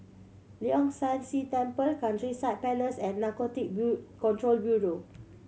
Leong San See Temple Countryside Place and Narcotics Control Bureau